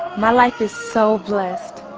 my life is so blessed.